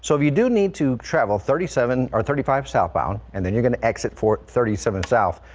so you do need to travel thirty seven or thirty five southbound and then you can exit for thirty seven south.